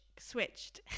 switched